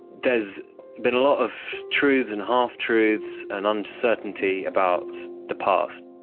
there has been a lot of truths and half-truths and uncertainty about the past.